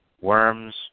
worms